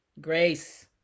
Grace